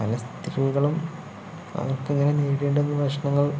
പല സ്ത്രീകളും അവർക്കിങ്ങനെ നേരിടേണ്ടിവരുന്ന വിഷമങ്ങൾ